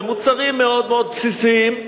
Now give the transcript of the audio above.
ומוצרים מאוד מאוד בסיסיים,